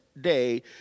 day